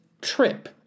trip